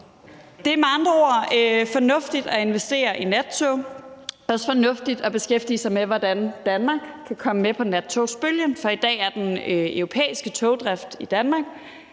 Det er med andre ord fornuftigt at investere i nattog. Det er også fornuftigt at beskæftige sig med, hvordan Danmark kan komme med på nattogsbølgen. For i dag er den europæiske togdrift fra Danmark